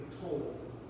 told